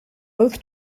both